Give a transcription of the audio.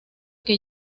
que